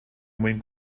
mwyn